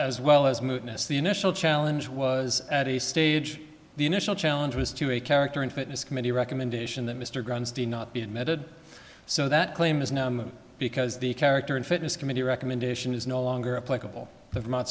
as well as mootness the initial challenge was at the stage the initial challenge was to a character and fitness committee recommendation that mr grant's d not be admitted so that claim is now because the character and fitness committee recommendation is no longer applicable five mont